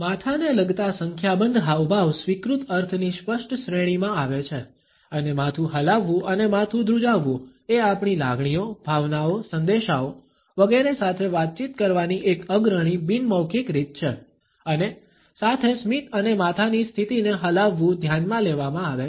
માથાને લગતા સંખ્યાબંધ હાવભાવ સ્વીકૃત અર્થની સ્પષ્ટ શ્રેણીમાં આવે છે અને માથું હલાવવું અને માથું ધ્રૂજાવવું એ આપણી લાગણીઓ ભાવનાઓ સંદેશાઓ વગેરે સાથે વાતચીત કરવાની એક અગ્રણી બિન મૌખિક રીત છે અને સાથે સ્મિત અને માથાની સ્થિતિને હલાવવું ધ્યાનમાં લેવામાં આવે છે